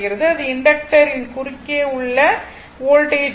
இது இண்டக்டர் ன் குறுக்கே உள்ள வோல்ட்டேஜ் ஆகும்